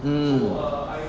mm